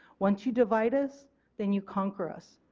once you divide us then you conquer us.